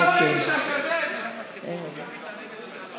אני לא הייתי שם, אתה יודע את זה.